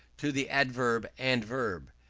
to the adverb and verb.